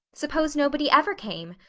suppose nobody ever came!